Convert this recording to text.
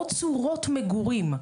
עוד צורות מגורים,